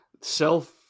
self